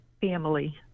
family